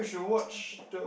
I would consider